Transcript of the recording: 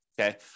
okay